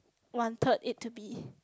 wanted it to be